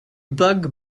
bug